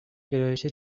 گرایش